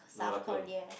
South Korea